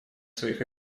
своих